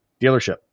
dealership